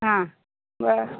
हा